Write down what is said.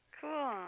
Cool